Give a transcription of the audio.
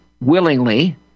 willingly